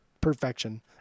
perfection